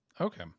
Okay